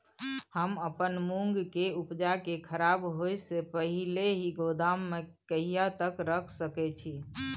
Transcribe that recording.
हम अपन मूंग के उपजा के खराब होय से पहिले ही गोदाम में कहिया तक रख सके छी?